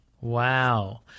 Wow